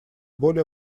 более